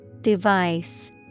Device